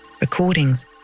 recordings